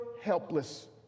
helpless